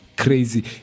Crazy